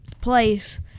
place